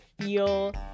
feel